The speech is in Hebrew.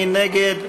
מי נגד?